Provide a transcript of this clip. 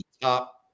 top –